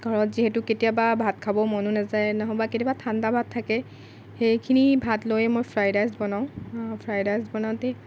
ঘৰত যিহেতু কেতিয়াবা ভাত খাব মনো নাযায় নহ'বা কেতিয়াবা ঠাণ্ডা ভাত থাকে সেইখিনি ভাত লৈয়ে মই ফ্ৰাইড ৰাইচ বনাওঁ ফ্ৰাইড ৰাইচ বনাওঁতে